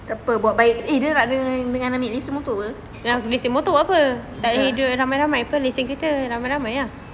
tak apa buat baik eh dia nak te~ tengah ambil lesen motor buat apa